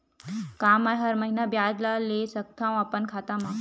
का मैं हर महीना ब्याज ला ले सकथव अपन खाता मा?